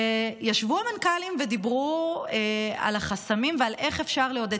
ישבו המנכ"לים ודיברו על החסמים ועל איך אפשר לעודד,